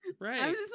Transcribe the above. Right